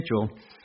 potential